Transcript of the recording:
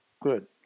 Good